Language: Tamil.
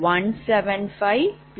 59X0